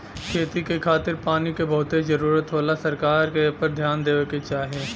खेती के खातिर पानी के बहुते जरूरत होला सरकार के एपर ध्यान देवे के चाही